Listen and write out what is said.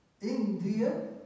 India